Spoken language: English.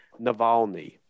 Navalny